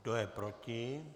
Kdo je proti?